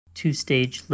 two-stage